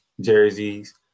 jerseys